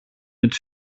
mit